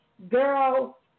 Girl